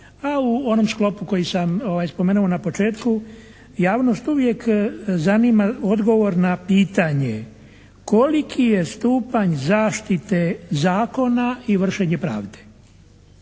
a u onom sklopu koji sam spomenuo na početku, javnost uvijek zanima odgovor na pitanje koliki je stupanj zaštite zakona i vršenje pravde,